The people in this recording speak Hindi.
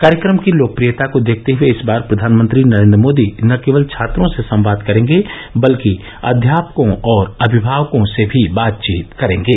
कार्यक्रम की लोकप्रियता को देखते हए इस बार प्रधानमंत्री नरेन्द्र मोदी न केवल छात्रों से संवाद करेंगे बल्कि अध्यापकों और अभिभावकों से भी बातचीत करेंगे